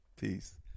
Peace